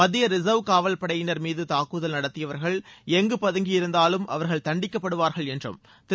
மத்திய ரிசர்வ் காவல்படையினர் மீது தாக்குதல் நடத்தியவர்கள் எங்கு பதுங்கியிருந்தாலும் அவர்கள் தண்டிக்கப்படுவார்கள் என்றும் திரு